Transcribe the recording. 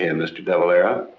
and mr. de valera?